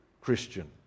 Christian